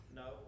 no